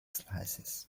slices